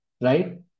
right